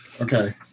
Okay